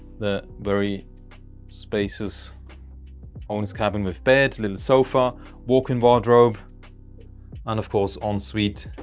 the very spacious owners cabin with beds little sofa walk-in wardrobe and of course um ensuite